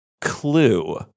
clue